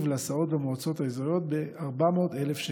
להסעות במועצות אזוריות ב-400,000 שקל.